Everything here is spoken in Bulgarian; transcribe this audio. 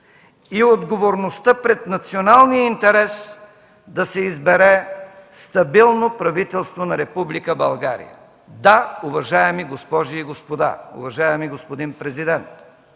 и отговорността пред националния интерес да се избере стабилно правителство на Република България. Да, уважаеми госпожи и господа, уважаеми господин президент,